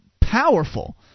powerful